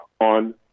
On